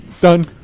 Done